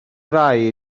rai